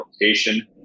location